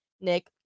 Nick